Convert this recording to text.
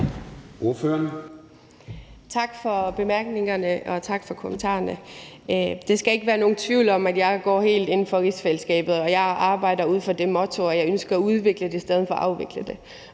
Tak for bemærkningerne, og tak for kommentarerne. Der skal ikke være nogen tvivl om, at jeg går helt ind for rigsfællesskabet. Jeg arbejder ud fra det motto, at jeg ønsker at udvikle det i stedet for at afvikle det,